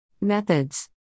Methods